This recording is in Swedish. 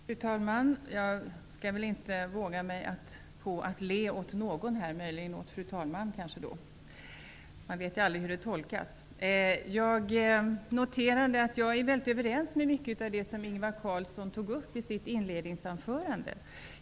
Fru talman! Jag vågar mig inte på att le mot någon här i denna församling, möjligen mot fru talmannen. Man vet ju aldrig hur det kan tolkas. Jag noterade att jag till stor del är överens med Ingvar Carlsson om det som han tog upp i sitt inledningsanförande.